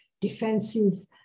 defensive